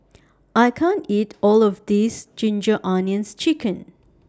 I can't eat All of This Ginger Onions Chicken